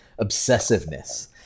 obsessiveness